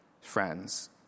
friends